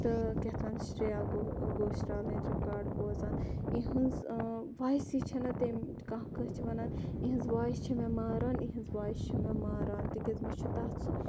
تہٕ کیاہ اتھ وَنان شریا گوشرالٕنۍ رِکاڈ بوزان اِہِنٛز ووٚیسٕے چھَنا تٔمۍ کانٛہہ کٲنٛسہِ چھِ وَنان اِہِنٛز ووٚیِس چھِ مےٚ ماران اِہِنٛز ووٚیِس چھِ مےٚ ماران تکیاز مےٚ چھُ تَتھ اَلگٕے